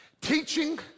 Teaching